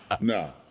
no